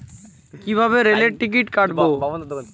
কিভাবে রেলের টিকিট কাটব?